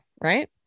right